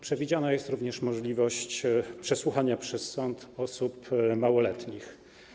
Przewidziana jest również możliwość przesłuchania przez sąd osób małoletnich.